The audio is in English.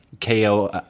KO